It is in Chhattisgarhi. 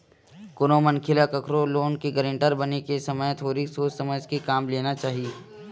कोनो मनखे ल कखरो लोन के गारेंटर बने के समे थोरिक सोच समझ के काम लेना चाही